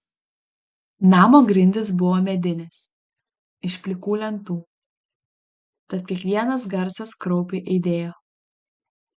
namo grindys buvo medinės iš plikų lentų tad kiekvienas garsas kraupiai aidėjo